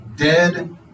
Dead